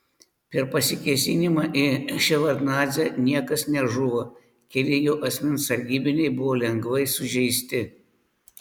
per pasikėsinimą į ševardnadzę niekas nežuvo keli jo asmens sargybiniai buvo lengvai sužeisti